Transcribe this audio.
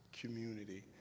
community